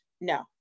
No